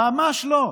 ממש לא.